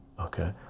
okay